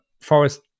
forest